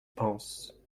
pense